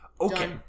Okay